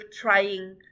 trying